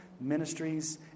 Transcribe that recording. ministries